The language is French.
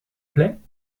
plait